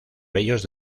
bellos